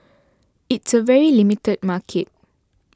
it's a very limited market